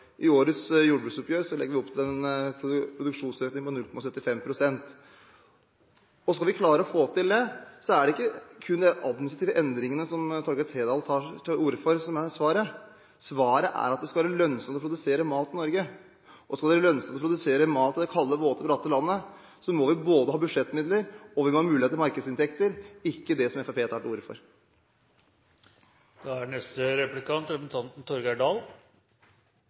I årets jordbruksoppgjør legger vi opp til en produksjonsøkning på 0,75 pst. Skal vi klare å få til dette, er det ikke kun de administrative endringene – som Torgeir Trældal tar til orde for – som er svaret. Svaret er at det skal være lønnsomt å produsere mat i Norge. Og skal det være lønnsomt å produsere mat i dette kalde, våte og bratte landet, må vi både ha budsjettmidler og ha mulighet til markedsinntekter – ikke det som Fremskrittspartiet tar til orde